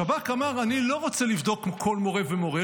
השב"כ אמר: אני לא רוצה לבדוק כל מורה ומורה,